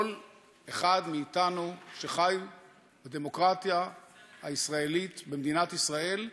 כל אחד מאתנו שחי בדמוקרטיה הישראלית במדינת ישראל,